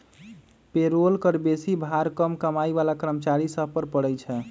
payroll कर बेशी भार कम कमाइ बला कर्मचारि सभ पर पड़इ छै